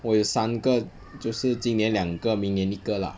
我有三个就是今年两个明年一个 lah